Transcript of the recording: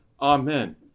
amen